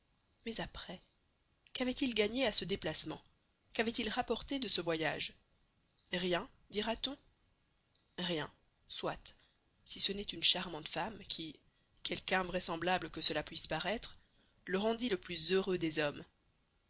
mais après qu'avait-il gagné à ce déplacement qu'avait-il rapporté de ce voyage rien dira-t-on rien soit si ce n'est une charmante femme qui quelque invraisemblable que cela puisse paraître le rendit le plus heureux des hommes